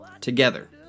together